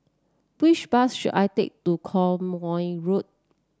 which bus should I take to Quemoy Road